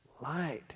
Light